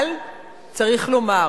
אבל צריך לומר,